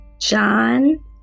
John